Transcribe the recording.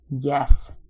Yes